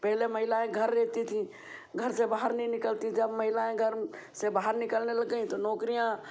पहले महिलाएं घर रहती थी घर से बाहर नहीं निकलती थी जब महिलाएं घर से बाहर निकलने लग गई तो नौकरियां